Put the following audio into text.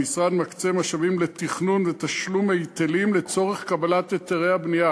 המשרד מקצה משאבים לתכנון ולתשלום היטלים לצורך קבלת היתרי הבנייה.